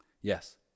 Yes